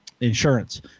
insurance